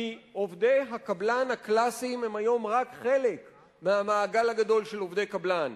כי עובדי הקבלן הקלאסיים הם היום רק חלק מהמעגל הגדול של עובדי קבלן.